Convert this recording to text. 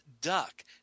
duck